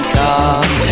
come